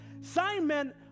Simon